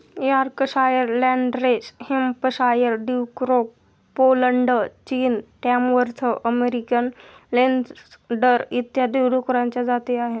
Yorkshire, Landrace Hampshire, Duroc Poland, चीन, Tamworth American लेन्सडर इत्यादी डुकरांच्या जाती आहेत